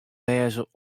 wêze